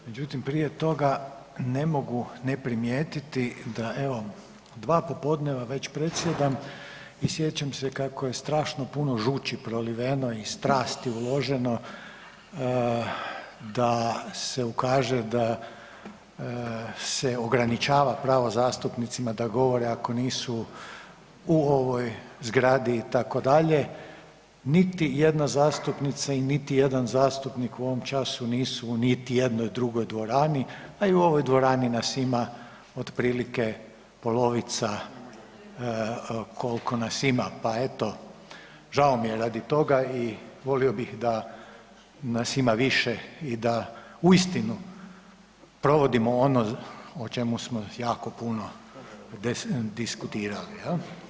Međutim, prije toga ne mogu ne primijetiti da evo dva popodneva već predsjedam i sjećam se kako je strašno puno žući proliveno i strasti uloženo da se ukaže da se ograničava pravo zastupnicima da govore ako nisu u ovoj zgradi itd., niti jedna zastupnica i niti jedan zastupnik u ovom času nisu niti u jednoj drugoj dvorani, a i u ovoj dvorani nas ima otprilike polovica kolko nas ima, pa eto žao mi je radi toga i volio bih da nas ima više i da uistinu provodimo ono o čemu smo jako puno diskutirali jel?